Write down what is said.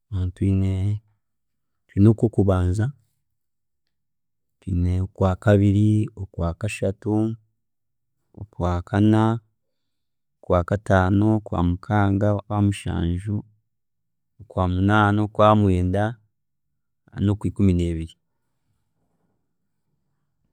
Twiine twiine okw'okubanza, twiine okw'akabiri, okw'akashatu, okw'akana, okw'akataano, okw'amukaaga, okw'amushanju, okw'amunaana, okw'amwenda, na nokw'ikumi nebiri.